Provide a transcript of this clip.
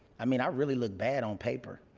i mean i really look bad on paper.